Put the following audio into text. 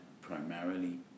primarily